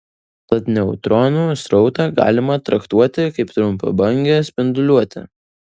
tad neutronų srautą galima traktuoti kaip trumpabangę spinduliuotę